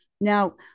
Now